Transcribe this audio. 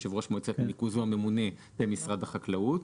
יושב ראש מועצת הניקוז הוא הממונה במשרד החקלאות.